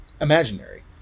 imaginary